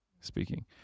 speaking